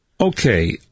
Okay